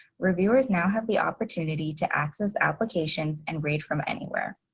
reviewers now have the opportunity to access applications and read from anywhere.